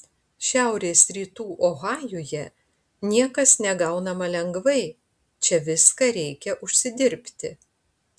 šiaurės rytų ohajuje niekas negaunama lengvai čia viską reikia užsidirbti